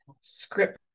script